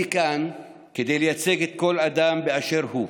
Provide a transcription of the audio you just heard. אני כאן כדי לייצג כל אדם באשר הוא.